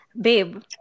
babe